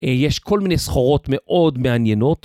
יש כל מיני סחורות מאוד מעניינות.